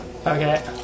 Okay